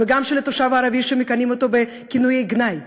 וגם של התושב הערבי שמכנים אותו בכינויי גנאי,